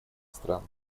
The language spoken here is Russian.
стран